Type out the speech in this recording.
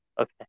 Okay